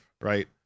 right